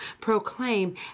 proclaim